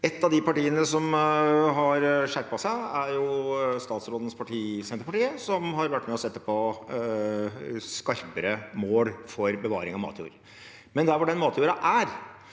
Et av partiene som har skjerpet seg, er statsrådens parti, Senterpartiet, som har vært med på å sette skarpere mål for bevaring av matjord. Men der den matjorda er,